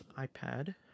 iPad